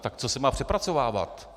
Tak co se má přepracovávat?